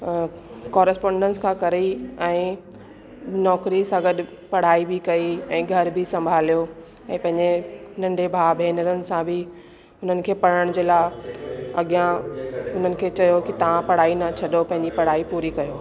correspondence करे ई ऐं नौकिरी सां गॾु पढ़ाई बि कई ऐं घर बि संभालियो ऐं पंहिंजे नंढे भाउ भेनरनि सां बि हिननि खे पढ़ण जे लाइ अॻियां हुननि खे चयो की तव्हां पढ़ाई न छॾियो पंहिंजी पढ़ाई पूरी कयो